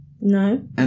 No